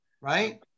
right